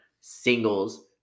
singles